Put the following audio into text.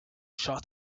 shot